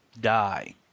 die